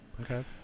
Okay